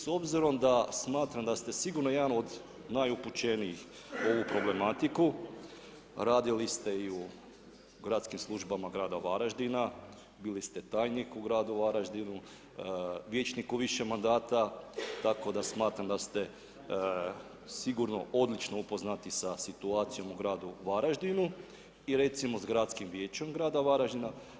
S obzirom da smatram da ste sigurno jedan od najupućenijih u ovu problematiku, radili ste i u gradskim službama grada Varaždina, bili ste tajnik u gradu Varaždinu, vijećnik u više mandata tako da smatram da ste sigurno odlično upoznati sa situacijom u gradu Varaždinu i recimo sa Gradskim vijećem grada Varaždina.